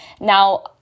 Now